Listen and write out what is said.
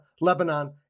Lebanon